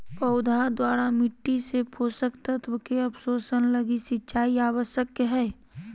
पौधा द्वारा मिट्टी से पोषक तत्व के अवशोषण लगी सिंचाई आवश्यक हइ